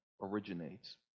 originates